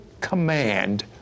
command